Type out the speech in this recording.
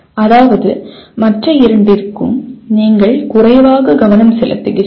அதாவது மற்ற இரண்டிற்கும் நீங்கள் குறைவாக கவனம் செலுத்துகிறீர்கள்